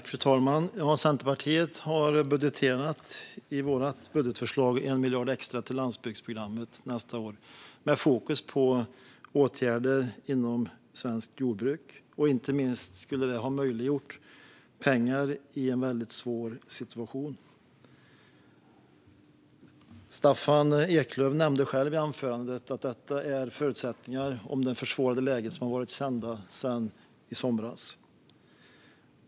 Fru talman! Vi i Centerpartiet har i vårt budgetförslag lagt 1 miljard extra till landsbygdsprogrammet nästa år med fokus på åtgärder inom svenskt jordbruk. Det skulle inte minst ha möjliggjort pengar i en väldigt svår situation. Staffan Eklöf nämnde själv i sitt anförande det försvårade läge som varit ända sedan i somras.